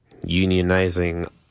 unionizing